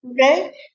Okay